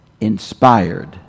inspired